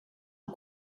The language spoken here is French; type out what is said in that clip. aux